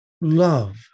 Love